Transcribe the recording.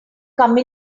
come